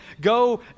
go